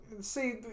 See